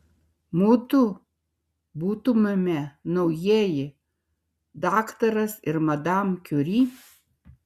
mudu būtumėme naujieji daktaras ir madam kiuri